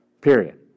period